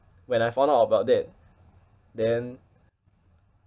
when I found out about that then